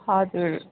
हजुर